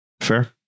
Fair